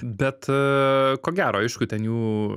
bet ko gero aišku ten jų